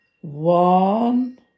One